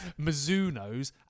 Mizunos